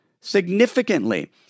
significantly